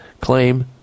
claim